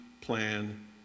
plan